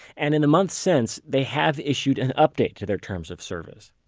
and in the months since, they have issued an update to their terms of service.